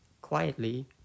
quietly